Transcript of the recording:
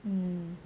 um